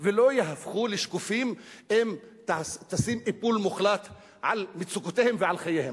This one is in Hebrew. ולא יהפכו לשקופים אם תשים איפול מוחלט על מצוקותיהם ועל חייהם.